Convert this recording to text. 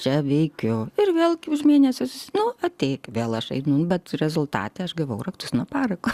čia veikiu ir vėl kelis mėnesius nu ateik vėl aš einu bet rezultate aš gavau raktus nuo parako